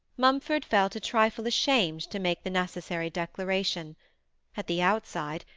mumford felt a trifle ashamed to make the necessary declaration at the outside,